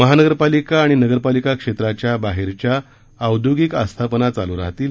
महानगरपालिका आणि नगरपालिका क्षेत्राच्या बाहेरच्या औद्योगिक आस्थापना चालू राहतील